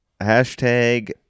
Hashtag